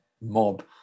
mob